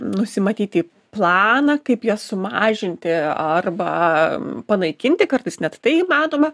nusimatyti planą kaip jas sumažinti arba panaikinti kartais net tai įmanoma